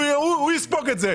שהוא יספוג את זה.